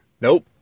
nope